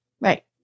Right